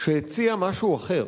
שהציע משהו אחר.